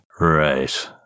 right